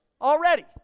Already